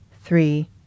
three